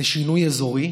לשינוי אזורי.